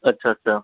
अच्छा अच्छा